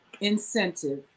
incentive